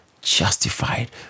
justified